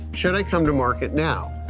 should i come to market now?